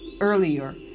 Earlier